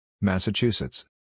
Massachusetts